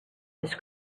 his